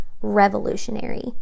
revolutionary